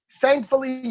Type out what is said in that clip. thankfully